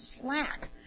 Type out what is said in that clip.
slack